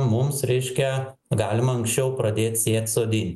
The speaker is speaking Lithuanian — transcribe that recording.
mums reiškia galima anksčiau pradėt sėt sodin